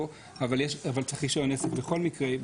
אבל צריך רישיון עסק בכל מקרה.